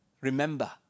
Remember